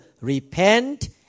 repent